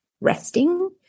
resting